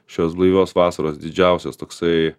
šios blaivios vasaros didžiausias toksai